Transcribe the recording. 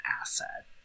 asset